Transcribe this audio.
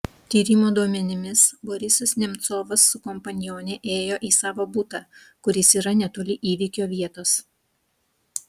tyrimo duomenimis borisas nemcovas su kompanione ėjo į savo butą kuris yra netoli įvykio vietos